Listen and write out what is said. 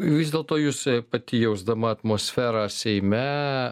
vis dėlto jūs pati jausdama atmosferą seime